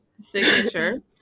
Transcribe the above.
signature